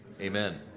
amen